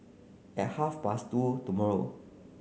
at half past two tomorrow